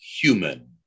human